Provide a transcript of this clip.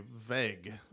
vague